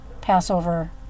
Passover